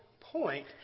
point